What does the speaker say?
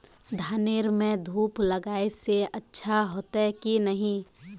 धानेर में धूप लगाए से अच्छा होते की नहीं?